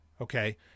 Okay